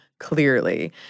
clearly